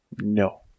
No